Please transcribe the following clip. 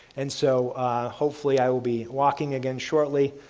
and so hopefully i will be walking again shortly.